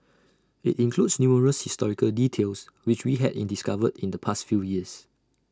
IT includes numerous historical details which we had discovered in the past few years